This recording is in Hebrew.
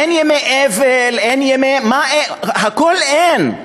אין, אין ימי אבל, אין ימי, מה, הכול אין.